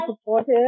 supportive